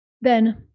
Then-